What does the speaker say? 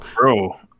Bro